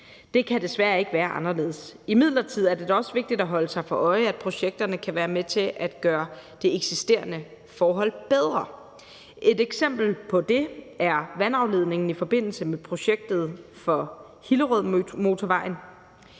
Det kan desværre ikke være anderledes. Imidlertid er det da også vigtigt at holde sig for øje, at projekterne kan være med til at gøre de eksisterende forhold bedre. Et eksempel på det er vandafledningen i forbindelse med projektet for Hillerødmotorvejen.